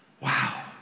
wow